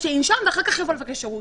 שינשום ואז שיבקש שירות.